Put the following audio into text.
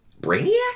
Brainiac